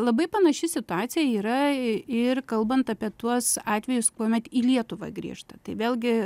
labai panaši situacija yra ir kalbant apie tuos atvejus kuomet į lietuvą grįžta tai vėlgi